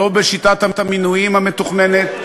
לא בשיטת המינויים המתוכננת,